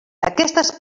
aquestes